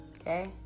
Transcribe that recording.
okay